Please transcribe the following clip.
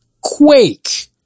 Quake